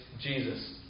Jesus